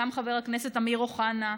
וגם חבר הכנסת אמיר אוחנה,